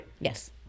Yes